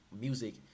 music